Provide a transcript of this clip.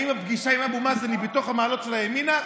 האם הפגישה עם אבו מאזן היא בתוך המעלות של הימינה?